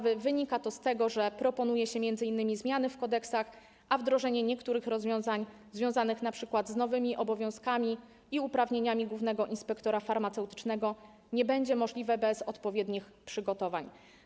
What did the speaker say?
Wynika to z tego, że proponuje się m.in. zmiany w kodeksach, a wdrożenie niektórych rozwiązań związanych np. z nowymi obowiązkami i uprawnieniami głównego inspektora farmaceutycznego nie będzie możliwe bez odpowiednich przygotowań.